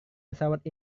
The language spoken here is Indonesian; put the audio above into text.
pesawat